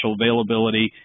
availability